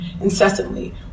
incessantly